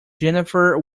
jennifer